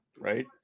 Right